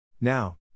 Now